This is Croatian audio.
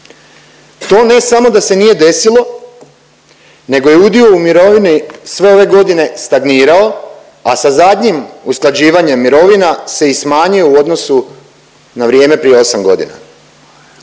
To ne samo da se nije desilo nego je udio u mirovini sve ove godine stagnirao, a sa zadnjim usklađivanjem mirovina se i smanjio u odnosu na vrijeme prije 8 godina.